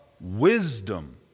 wisdom